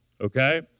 okay